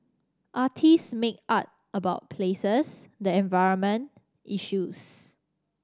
artists make art about places the environment issues